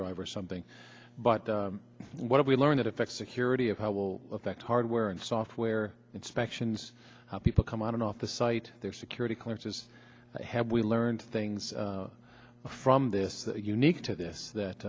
drive or something but what do we learn that affects security of how will affect hardware and software inspections how people come on and off the site their security clearances have we learned things from this unique to